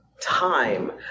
time